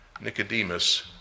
Nicodemus